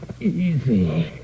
Easy